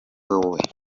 wowe